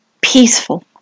peaceful